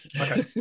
Okay